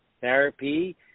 therapy